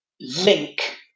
link